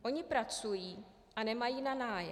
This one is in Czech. Oni pracují a nemají na nájem.